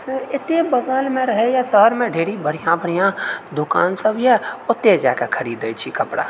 एतय बगलमऽ रहैत यऽ शहरमे ढेरी बढिआँ बढिआँ दुकानसभ यऽ ओतय जाइकऽ खरीदैत छी कपड़ा